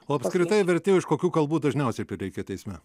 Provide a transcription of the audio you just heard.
o apskritai vertėjų iš kokių kalbų dažniausiai prireikia teisme